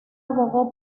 abogó